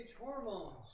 hormones